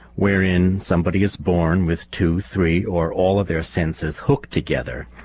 wherein somebody is born with two, three or all of their senses hooked together.